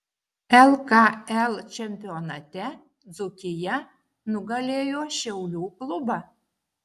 lkl čempionate dzūkija nugalėjo šiaulių klubą